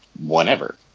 whenever